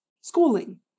schooling